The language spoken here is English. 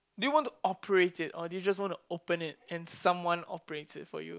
do you want to operate it or you just want to open it and someone operate it for you